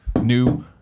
New